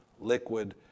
liquid